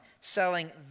selling